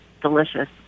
delicious